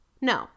No